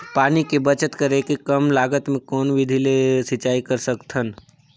पानी के बचत करेके कम लागत मे कौन विधि ले सिंचाई कर सकत हन?